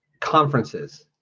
conferences